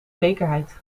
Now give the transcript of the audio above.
zekerheid